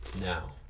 now